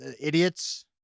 idiots